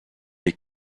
est